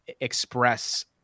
express